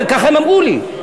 ככה הם אמרו לי,